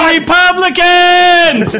Republicans